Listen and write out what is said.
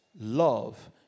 love